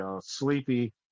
Sleepy